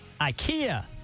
Ikea